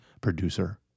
Producer